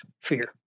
fear